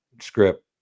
script